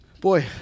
Boy